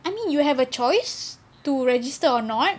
I mean you have a choice to register or not